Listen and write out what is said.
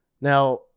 Now